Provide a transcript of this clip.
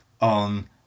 on